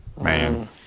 man